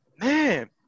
man